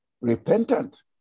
repentant